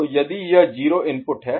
तो यदि यह 0 इनपुट है